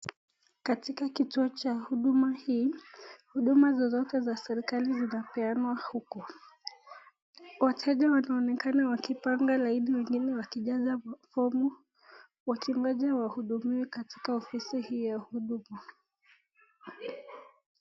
Katika kituo cha huduma hii huduma zozote za serekali zinapeanwa huku. Wateja wanaonekana wakipanga laini wengine wakijaza mafomu wakingoja wahudumiwe katika ofisi hii ya huduma.